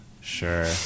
sure